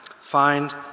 find